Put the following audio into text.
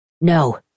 No